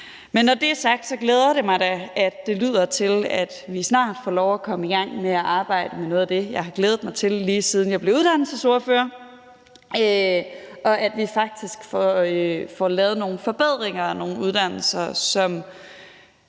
Men når det er sagt, glæder det mig da, at det lyder til, at vi snart får lov at komme i gang med at arbejde med noget af det, jeg har glædet mig til, lige siden jeg blev uddannelsesordfører, og at vi faktisk får lavet nogle forbedringer af nogle uddannelser, som